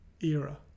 Era